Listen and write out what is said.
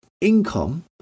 income